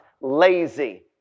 lazy